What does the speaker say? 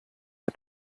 der